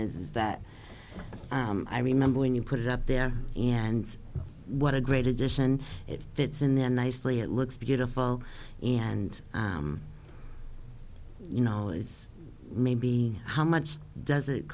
is that i remember when you put it up there and what a great addition it fits and then nicely it looks beautiful and you know is maybe how much does it